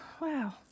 wow